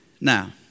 Now